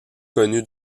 connu